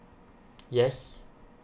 yes